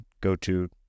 go-to